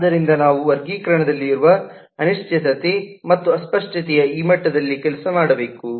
ಆದ್ದರಿಂದ ನಾವು ವರ್ಗೀಕರಣದಲ್ಲಿ ಇರುವ ಅನಿಶ್ಚಿತತೆ ಮತ್ತು ಅಸ್ಪಷ್ಟತೆಯ ಈ ಮಟ್ಟದಲ್ಲಿ ಕೆಲಸ ಮಾಡಬೇಕು